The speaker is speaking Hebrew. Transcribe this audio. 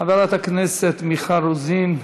חברת הכנסת מיכל רוזין,